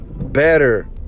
Better